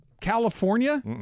California